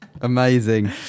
amazing